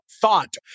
thought